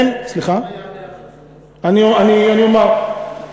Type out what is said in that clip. אני אומר.